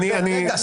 רגע.